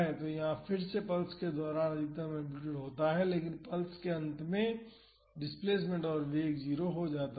तो यहाँ फिर से पल्स के दौरान अधिकतम एम्पलीटूड होता है लेकिन पल्स के अंत में डिस्प्लेसमेंट और वेग 0 होता है